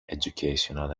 educational